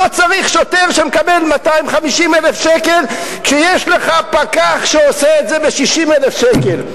לא צריך שוטר שמקבל 250,000 שקל כשיש לך פקח שעושה את זה ב-60,000 שקל.